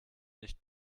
nicht